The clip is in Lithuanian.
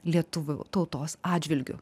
lietuvių tautos atžvilgiu